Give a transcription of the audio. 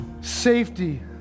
Safety